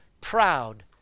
proud